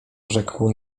rzekł